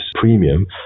premium